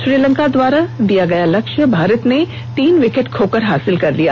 श्रीलंका द्वारा दिये गए लक्ष्य को भारत ने तीन विकेट खोकर हासिल कर लिया